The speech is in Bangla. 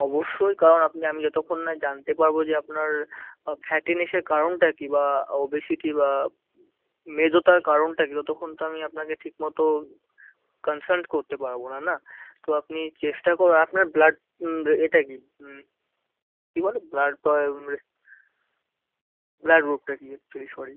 অবশ্যই কারণ আপনি আমি যতক্ষণ না জানতে পারবো যে আপনার ফ্যাটিনেসের কারণটা কী বা ওবেসিটি বা মেদতার কারণটা কী ততক্ষণ তো আমি আপনাকে ঠিকমতো কন্সাল্ট করতে পারবো না না তো আপনি চেষ্টা করুন আপনার ব্লাড এটা কী কী বলে ব্লাড গয়ে ব্লাড গ্রুপটা কী অ্যাকচুয়ালি সরি